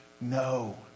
no